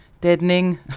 deadening